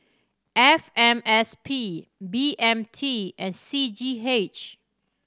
F M S P B M T and C G H